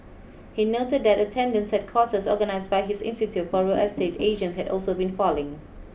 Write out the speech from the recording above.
he noted that attendance at courses organised by his institute for real estate agents had also been falling